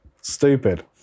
Stupid